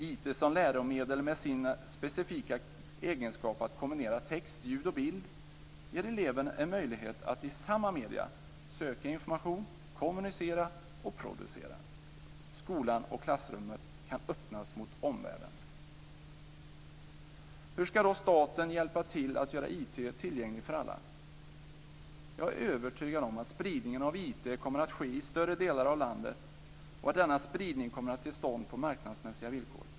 IT som läromedel med sin specifika egenskap att kombinera text, ljud och bild ger eleven möjlighet att i samma medier söka information, kommunicera och producera. Skolan och klassrummet kan öppnas mot omvärlden. Jag är övertygad om att spridningen av IT kommer att ske i större delar av landet och att denna spridning kommer till stånd på marknadsmässiga villkor.